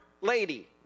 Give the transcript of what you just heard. lady